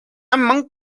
monk